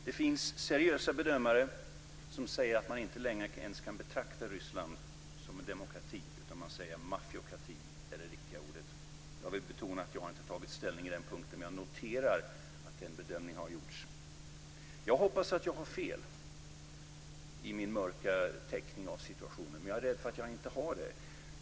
Det finns seriösa bedömare som säger att man inte längre ens kan betrakta Ryssland som en demokrati, utan man säger att "maffiokrati" är det riktiga ordet. Jag vill betona att jag inte har tagit ställning på den punkten, men jag noterar att den bedömningen har gjorts. Jag hoppas att jag har fel i min mörka teckning av situationen, men jag är rädd för att jag inte har det.